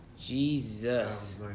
Jesus